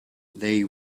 they